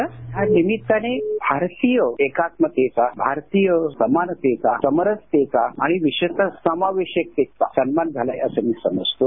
बाइटध्वनी दिब्रिटो या निमित्ताने भारतीय एकात्मतेचा भारतीय समानतेचा समरसतेचा आणि विशेषतः समावेशाकतेचा सन्मान झाला आहे असं मी समजतो